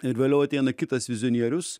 ir vėliau ateina kitas vizionierius